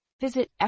Visit